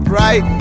right